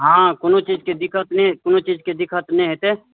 हँ वो चीजकेँ दिक्कत नहि कोनो चीजकेँ दिक्कत नहि हेतै